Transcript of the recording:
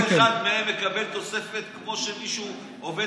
כל אחד מהם מקבל תוספת כמו שמישהו עובד